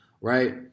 right